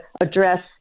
address